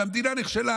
והמדינה נכשלה,